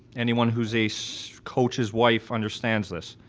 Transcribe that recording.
anyone who's a so coaches wife understands this,